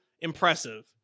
impressive